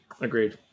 Agreed